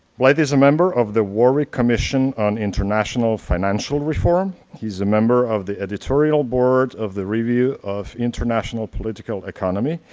blyth is a member of the warwick commission on international financial reform. he is a member of the editorial board of the review of international political economy.